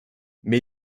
mais